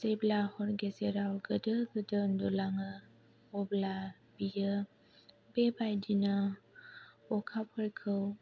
जेब्ला हर गेजेराव गोदो गोदो उनदुलाङो अब्ला बेयो बेबायदिनो अखाफोरखौ